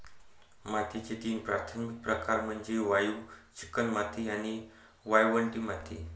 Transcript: मातीचे तीन प्राथमिक प्रकार म्हणजे वाळू, चिकणमाती आणि वाळवंटी माती